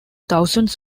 thousands